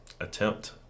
attempt